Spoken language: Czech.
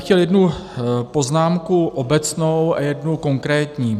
Chtěl bych jednu poznámku obecnou a jednu konkrétní.